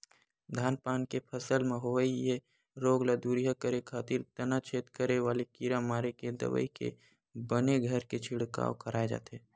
धान पान के फसल म होवई ये रोग ल दूरिहा करे खातिर तनाछेद करे वाले कीरा मारे के दवई के बने घन के छिड़काव कराय जाथे